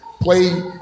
play